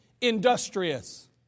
industrious